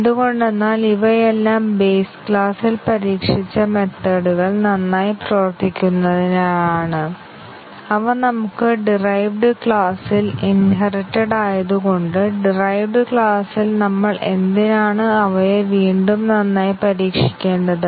എന്തുകൊണ്ടെന്നാൽ ഇവയെല്ലാം ബേസ് ക്ലാസിൽ പരീക്ഷിച്ച മെത്തേഡ്കൾ നന്നായി പ്രവർത്തിക്കുന്നതിനാലാണ് അവ നമുക്ക് ഡീറൈവ്ഡ് ക്ലാസിൽ ഇൻഹെറിറ്റഡ് ആയത്കൊണ്ട് ഡീറൈവ്ഡ് ക്ലാസ്സിൽ നമ്മൾ എന്തിനാണ് അവയെ വീണ്ടും നന്നായി പരീക്ഷിക്കേണ്ടത്